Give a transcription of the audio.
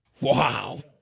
wow